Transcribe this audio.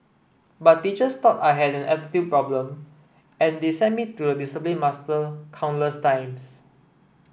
but teachers thought I had an problem and they sent me to the discipline master countless times